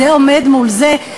זה עומד מול זה.